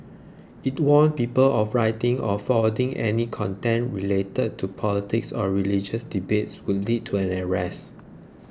it warned people of writing or forwarding any content related to politics or religious debates would lead to an arrest